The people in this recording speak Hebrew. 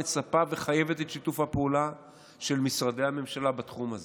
מצפה וחייבת את שיתוף הפעולה של משרדי הממשלה בתחום הזה.